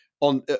on